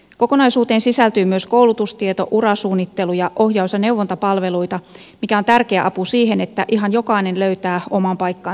kokonaisuuteen sisältyy myös koulutustieto urasuunnittelu ja ohjaus ja neuvontapalveluita mikä on tärkeä apu siihen että ihan jokainen löytää oman paikkansa